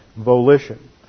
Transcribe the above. volition